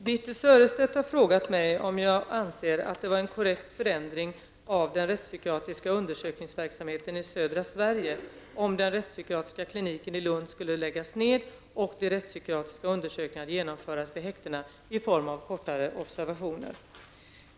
Fru talman! Birthe Sörestedt har frågat mig om jag anser det vara en korrekt förändring av den rättspsykiatriska undersökningsverksamheten i södra Sverige om den rättspsykiatriska kliniken i Lund skulle läggas ned och de rättspsykiatriska undersökningarna genomföras vid häktena i form av kortare observationer.